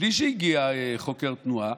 בלי שהגיע חוקר תנועה.